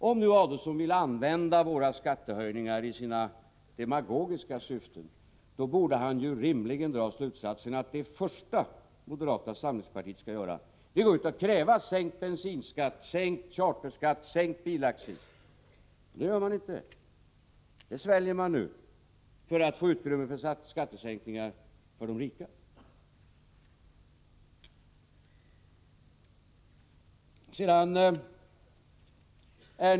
Om nu Ulf Adelsohn vill använda våra skattehöjningar i sina demagogiska syften, borde han rimligen dra slutsatsen att det första moderata samlingspartiet skall göra är att gå ut och kräva sänkt bensinskatt, sänkt charterskatt, sänkt bilaccis. Men det gör man inte, utan det sväljer man nu för att få utrymme för skattesänkningar för de rika.